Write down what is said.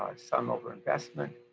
ah some over investment,